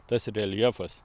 tas reljefas